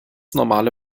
normale